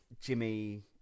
Jimmy